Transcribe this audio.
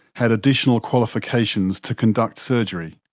had additional qualifications to conduct surgery.